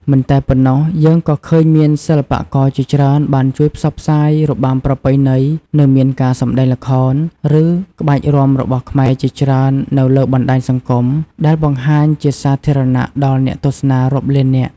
មិនតែប៉ុណ្ណោះ យើងក៏ឃើញមានសិល្បករជាច្រើនបានជួយផ្សព្វផ្សាយរបាំប្រពៃណី និងមានការសម្តែងល្ខោន ឬក្បាច់រាំរបស់ខ្មែរជាច្រើននៅលើបណ្ដាញសង្គម ដែលបង្ហាញជាសាធារណៈដល់អ្នកទស្សនារាប់លាននាក់។